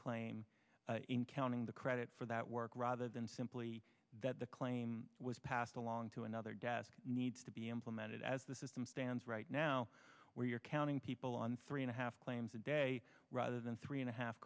claim in counting the credit for that work rather than simply that the claim was passed along to another desk needs to be implemented as the system stands right now where you're counting people on three and a half claims a day rather than three and a half